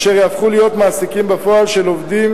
אשר יהפכו להיות מעסיקים בפועל של עובדים